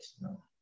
no